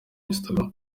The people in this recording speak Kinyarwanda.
instagram